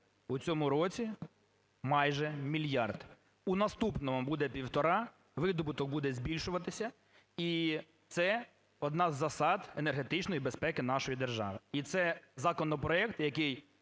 У цьому році майже мільярд. У наступному буде півтора, видобуток буде збільшуватися, і це одна з засад енергетичної безпеки нашої держави. І це законопроект, який